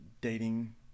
dating